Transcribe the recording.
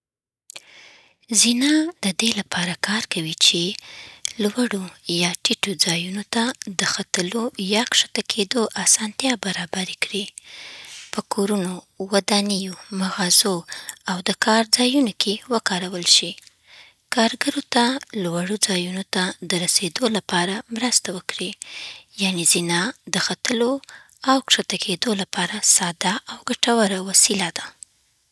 زینه د دې لپاره کار کوي چې: لوړو یا ټیټو ځایونو ته د ختلو یا کښته کېدو اسانتیا برابر کړي. په کورونو، ودانیو، مغازو او د کار ځایونو کې وکارول شي. کارګرو ته لوړو ځایونو ته د رسېدو لپاره مرسته وکړي. یعنې، زینه د ختلو او ښکته کېدو لپاره ساده او ګټوره وسیله ده.